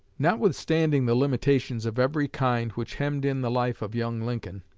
notwithstanding the limitations of every kind which hemmed in the life of young lincoln,